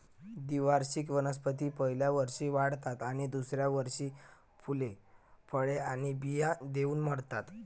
द्विवार्षिक वनस्पती पहिल्या वर्षी वाढतात आणि दुसऱ्या वर्षी फुले, फळे आणि बिया देऊन मरतात